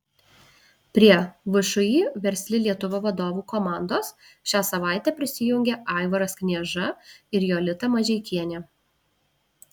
prie všį versli lietuva vadovų komandos šią savaitę prisijungė aivaras knieža ir jolita mažeikienė